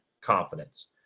confidence